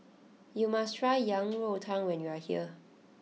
you must try Yang Rou Tang when you are here